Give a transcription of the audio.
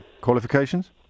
Qualifications